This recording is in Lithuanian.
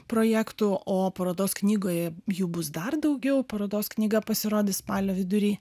projektų o parodos knygoje jų bus dar daugiau parodos knyga pasirodys spalio vidury